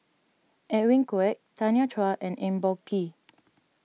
Edwin Koek Tanya Chua and Eng Boh Kee